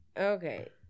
Okay